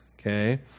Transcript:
Okay